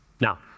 Now